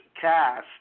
cast